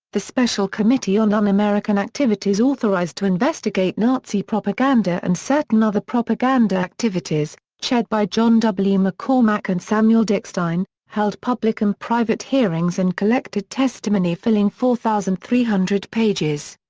the special committee on un-american activities authorized to investigate nazi propaganda and certain other propaganda activities, chaired by john w. mccormack and samuel dickstein, held public and private hearings and collected testimony filling four thousand three hundred pages.